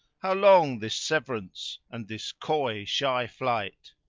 how long this severance and this coy shy flight?